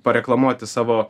pareklamuoti savo